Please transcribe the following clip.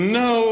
no